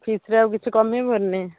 ଫିସ୍ରେ ଆଉ କିଛି କମେଇବ ନାଇଁ